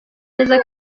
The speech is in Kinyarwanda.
neza